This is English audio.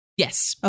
Yes